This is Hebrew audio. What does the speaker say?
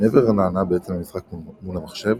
מעבר להנאה בעצם המשחק מול המחשב,